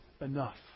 enough